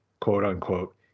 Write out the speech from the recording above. quote-unquote